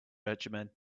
regime